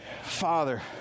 Father